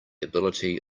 ability